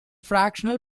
fractional